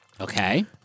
okay